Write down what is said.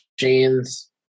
machines